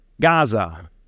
Gaza